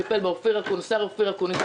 השר אופיר אקוניס,